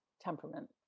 temperament